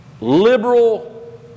liberal